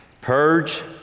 Purge